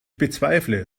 bezweifle